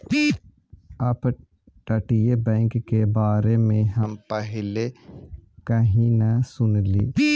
अपतटीय बैंक के बारे में हम पहले कभी न सुनली